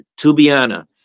Tubiana